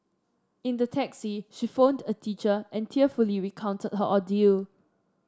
in the taxi she phoned a teacher and tearfully recounted her ordeal